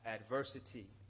adversity